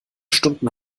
stunden